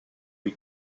lui